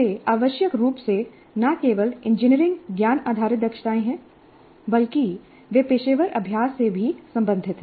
वे आवश्यक रूप से न केवल इंजीनियरिंग ज्ञान आधारित दक्षताएं हैं बल्कि वे पेशेवर अभ्यास से भी संबंधित हैं